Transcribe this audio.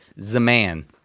Zaman